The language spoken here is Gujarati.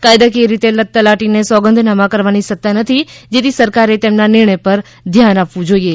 કાયદાકીય રીતે તલાટીને સોગંદનામા કરવાની સત્તા નથી જેથી સરકારે તેમના નિર્ણયપર ધ્યાન આપવું જોઈએ